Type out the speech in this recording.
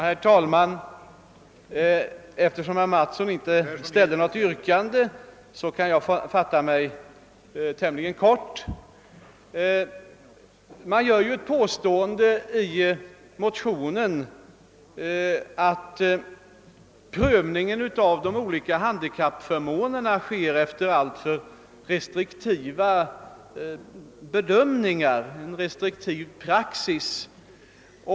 Herr talman! Eftersom herr Mattsson inte ställde något yrkande, kan jag fatta mig tämligen kort. I motionen påstås att prövningen av de olika handikappförmånerna sker efter alltför restriktiva bedömningar och alltför restriktiv praxis.